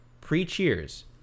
pre-Cheers